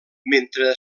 mentre